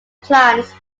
plants